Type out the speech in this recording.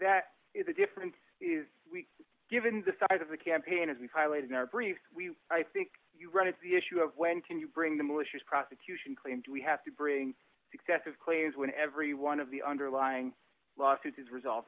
that the difference is given the size of the campaign as we've highlighted in our brief we i think you run it the issue of when can you bring the malicious prosecution clean do we have to bring excessive claims when every one of the underlying lawsuit is res